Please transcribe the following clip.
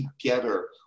together